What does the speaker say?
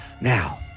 Now